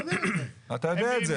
אתה יודע את זה.